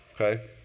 okay